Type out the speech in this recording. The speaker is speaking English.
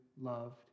loved